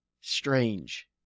strange